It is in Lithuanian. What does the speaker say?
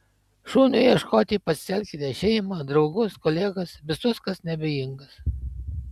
šuniui ieškoti pasitelkite šeimą draugus kolegas visus kas neabejingas